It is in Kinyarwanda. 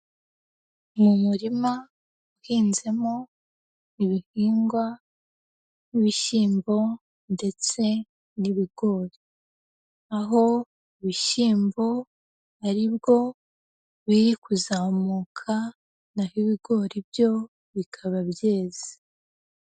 Mu murima uhinzemo ibihingwa nk'ibishyimbo ndetse n'ibigori. Aho ibishyimbo ari bwo biri kuzamuka, naho ibigori byo bikaba byeze.